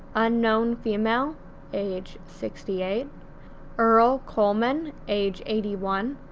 unknown female age sixty eight earl coleman age eighty one,